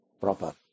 proper